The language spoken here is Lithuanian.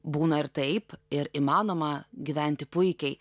būna ir taip ir įmanoma gyventi puikiai